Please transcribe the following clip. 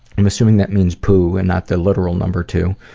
i'm assuming that means poo, and not the literal number two.